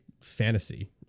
fantasy